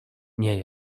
nie